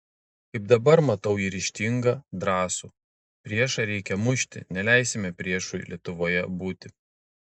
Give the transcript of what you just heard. kaip dabar matau jį ryžtingą drąsų priešą reikia mušti neleisime priešui lietuvoje būti